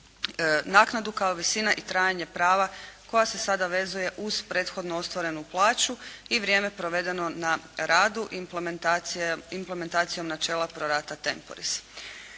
naknadu, kao visina i trajanje prava koja se sada vezuje uz prethodno ostvarenu plaću i vrijeme provedeno na radu implementacijom načela pro rata temporis.